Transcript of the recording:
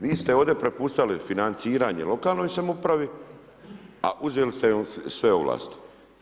Vi ste ovde prepustili financiranje lokalnoj samoupravi, a uzeli ste sve ovlasti.